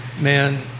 man